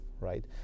right